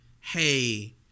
Hey